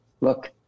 look